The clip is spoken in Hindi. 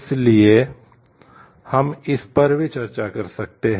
इसलिए हम इस पर भी चर्चा कर सकते हैं